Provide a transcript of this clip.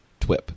TWIP